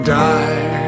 die